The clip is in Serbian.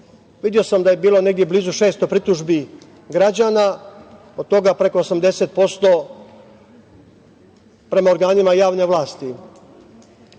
sam da je bilo negde blizu 600 pritužbi građana. Od toga preko 80% prema organima javne vlasti.